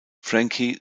frankie